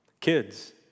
Kids